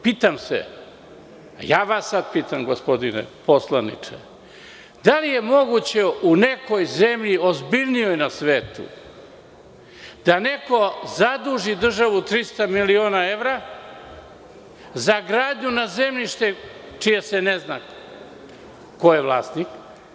Pitam se, vas sada pitam, gospodine poslaniče – da li je moguće u nekoj zemlji ozbiljnijoj na svetu da neko zaduži državu 300 miliona evra za gradnju na zemljištu za koje se ne zna ko je vlasnik?